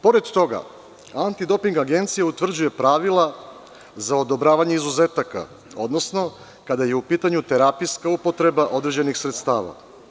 Pored toga, Antidoping agencija utvrđuje pravila za odobravanje izuzetaka, odnosno kada je u pitanju terapijska upotreba određenih sredstava.